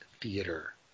Theater